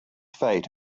fate